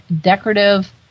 decorative